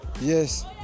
Yes